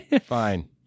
Fine